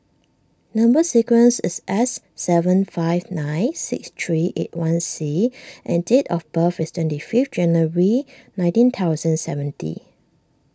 Number Sequence is S seven five nine six three eight one C and date of birth is twenty fifth January nineteen thousand seventy